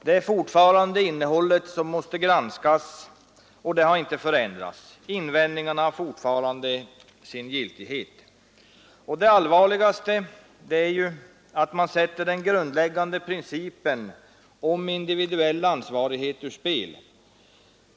Det är fortfarande innehållet som måste granskas, och det har inte förändrats. Invändningarna har fortfarande sin giltighet. Det allvarligaste är att man sätter den grundläggande principen om individuell ansvarighet ur spel.